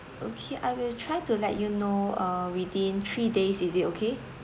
okay I will try to let you know uh within three days is it okay